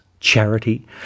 Charity